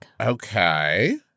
Okay